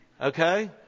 Okay